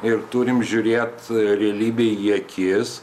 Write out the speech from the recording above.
ir turim žiūrėt realybei į akis